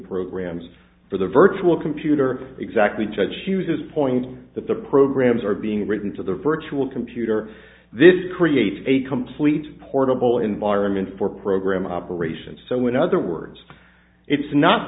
programs for the virtual computer exactly touch users point that the programs are being written to the virtual computer this creates a complete portable environment for program operations so in other words it's not